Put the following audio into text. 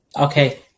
Okay